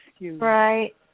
Right